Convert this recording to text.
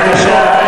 בבקשה.